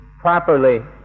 properly